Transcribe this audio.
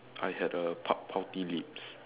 I had a pup poppy lids